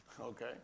Okay